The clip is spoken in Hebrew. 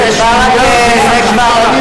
זה כבר,